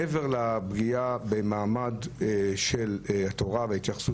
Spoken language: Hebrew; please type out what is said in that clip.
מעבר לפגיעה במעמד של התורה וההתייחסות